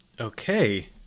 okay